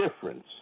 difference